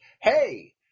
hey